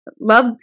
love